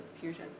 fusion